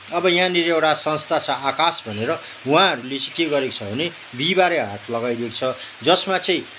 अब यहाँनिर एउटा संस्था छ आकाश भनेर उहाँहरूले चाहिँ के गरेको छ भने बिहिबारे हाट लगाइदिएको छ जसमा चाहिँ